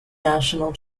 national